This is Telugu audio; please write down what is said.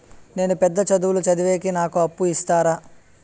నేను పెద్ద చదువులు చదివేకి నాకు అప్పు ఇస్తారా